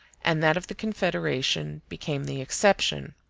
and that of the confederation became the exception.